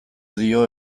dio